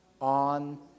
on